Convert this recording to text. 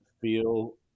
feel